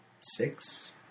six